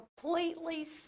completely